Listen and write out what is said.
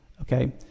okay